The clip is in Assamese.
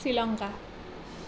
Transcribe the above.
শ্ৰীলংকা